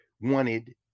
wanted